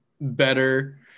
better